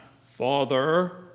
father